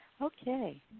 Okay